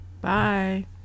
Bye